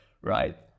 right